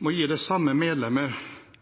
må gi det samme